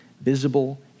visible